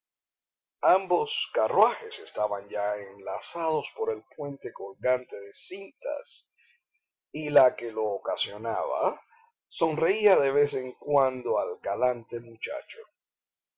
ambos carruajes estaban ya enlazados por el puente colgante de cintas y la que lo ocasionaba sonreía de vez en cuando al galante muchacho